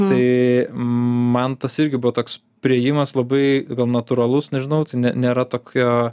tai man tas irgi buvo toks priėjimas labai gal natūralus nežinau tai nėra tokio